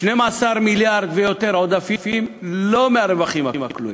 12 מיליארד ויותר עודפים, לא מהרווחים הכלואים,